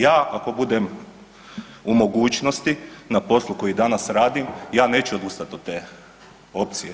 Ja, ako budem u mogućnosti, na poslu koji danas radim, ja neću odustati od te opcije.